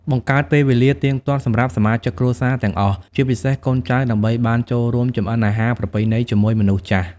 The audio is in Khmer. បង្កើតពេលវេលាទៀងទាត់សម្រាប់សមាជិកគ្រួសារទាំងអស់ ជាពិសេសកូនចៅ ដើម្បីបានចូលរួមចម្អិនអាហារប្រពៃណីជាមួយមនុស្សចាស់។